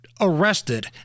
arrested